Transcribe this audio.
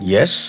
Yes